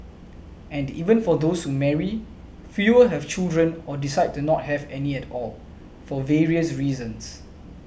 and even for those who marry fewer have children or decide to not have any at all for various reasons